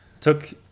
took